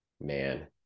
man